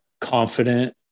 confident